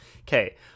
Okay